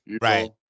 Right